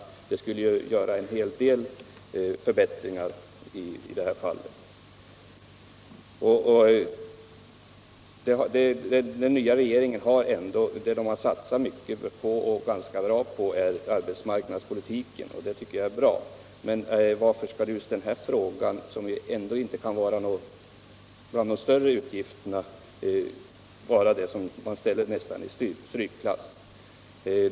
Detta skulle innebära en hel del förbättringar i det här fallet. Den nya regeringen har dock satsat ganska mycket på just arbetsmarknadspolitiken, vilket jag tycker är bra. Men varför skall just den här frågan, som ju ändå inte kan gälla de större utgifterna, nästan ställas i strykklass?